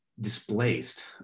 displaced